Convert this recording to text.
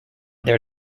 their